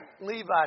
Levi